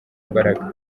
imbaraga